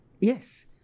Yes